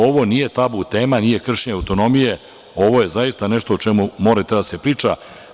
Ovo nije tabu tema, nije kršenje autonomije, ovo je zaista nešto o čemu mora i treba da se priča.